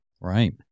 Right